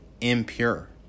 impure